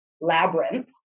labyrinth